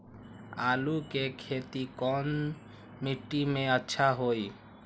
आलु के खेती कौन मिट्टी में अच्छा होइ?